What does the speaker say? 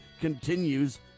continues